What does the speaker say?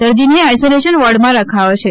દર્દીને આઇસોલેશન વોર્ડમાં રખાયો છે